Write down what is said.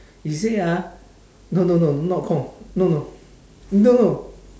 he say ah no no no not con no no no